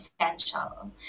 essential